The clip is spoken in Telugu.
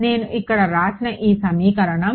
నేను ఇక్కడ వ్రాసిన ఈ సమీకరణం